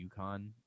UConn